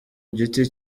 giti